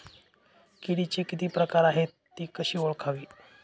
किडीचे किती प्रकार आहेत? ति कशी ओळखावी?